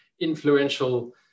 influential